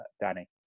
Danny